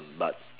but